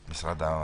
את משרד הרווחה,